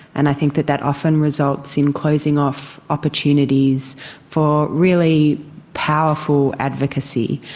and i think that that often results in closing off opportunities for really powerful advocacy.